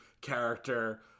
character